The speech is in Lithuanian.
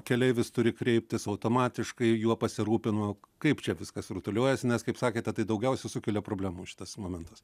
keleivis turi kreiptis automatiškai juo pasirūpinu kaip čia viskas rutuliojasi nes kaip sakėte tai daugiausia sukelia problemų šitas momentas